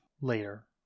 later